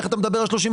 איך אתה מדבר על 30%?